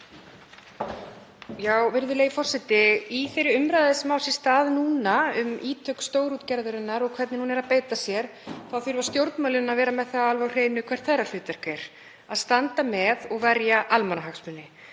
Virðulegi forseti. Í þeirri umræðu sem á sér stað núna, um ítök stórútgerðarinnar og hvernig hún er að beita sér, þurfa stjórnmálin að vera með það alveg á hreinu hvert þeirra hlutverk er; að standa með og verja almannahagsmuni.